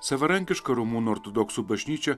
savarankiška rumunų ortodoksų bažnyčia